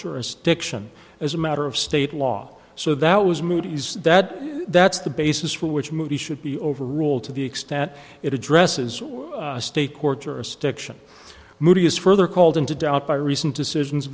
jurisdiction as a matter of state law so that was moody's that that's the basis for which movie should be overruled to the extent it addresses or a state court jurisdiction movie is further called into doubt by recent decisions